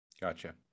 gotcha